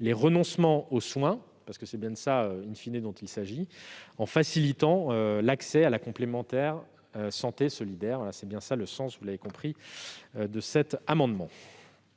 les renoncements aux soins - c'est bien de cela dont il s'agit,- en facilitant l'accès à la complémentaire santé solidaire. Quel est l'avis de la commission ? Cet amendement